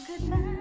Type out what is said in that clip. Goodbye